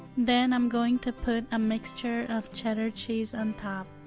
then i'm going to put a mixture of cheddar cheese on top